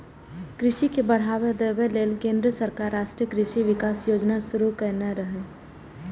कृषि के बढ़ावा देबा लेल केंद्र सरकार राष्ट्रीय कृषि विकास योजना शुरू केने रहै